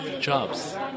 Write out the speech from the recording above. jobs